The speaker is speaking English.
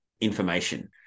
information